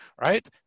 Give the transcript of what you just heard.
right